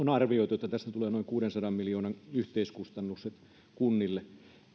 on arvioitu että tästä tulee noin kuudensadan miljoonan yhteiskustannukset kunnille